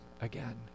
again